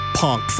punk